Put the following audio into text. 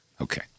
Okay